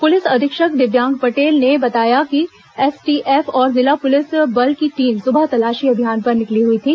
police अधीक्षक दिव्यांग पटेल ने बताया कि एसटीएफ और जिला पुलिस बल की टीम सुबह तलाशी अभियान पर निकली हई थी